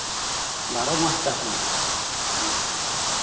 ᱵᱟᱨᱚ ᱢᱟᱥ ᱪᱟᱥ ᱜᱮ ᱦᱩᱭᱩᱜ ᱠᱟᱱ ᱛᱟᱢ